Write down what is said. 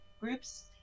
groups